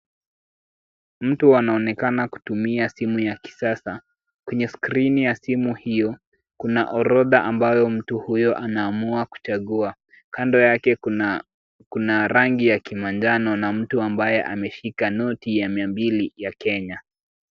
Mtu anaonekana kutumia simu ya kisasa. Kwenye skrini ya simu hiyo, kuna orodha ambayo mtu huyo anaamua kuchagua. Kando yake kuna rangi ya kimanjano, na mtu ambaye ameshika noti ya mia mbili ya Kenya.